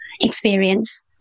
experience